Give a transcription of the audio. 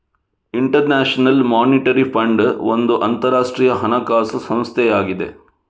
inter national monetary fund ಒಂದು ಅಂತರಾಷ್ಟ್ರೀಯ ಹಣಕಾಸು ಸಂಸ್ಥೆಯಾಗಿದೆ